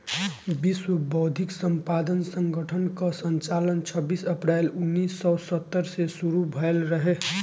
विश्व बौद्धिक संपदा संगठन कअ संचालन छबीस अप्रैल उन्नीस सौ सत्तर से शुरू भयल रहे